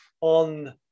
on